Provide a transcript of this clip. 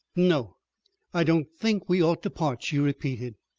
no i don't think we ought to part, she repeated.